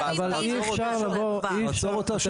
אבל אי אפשר לבוא --- נעצור אותה שם.